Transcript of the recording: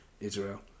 israel